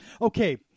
Okay